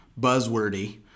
buzzwordy